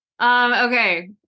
Okay